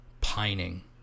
pining